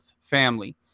family